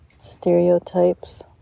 stereotypes